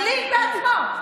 לין בעצמו.